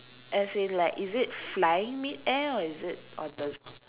as in like is it flying mid-air or is it on the